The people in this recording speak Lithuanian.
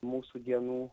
mūsų dienų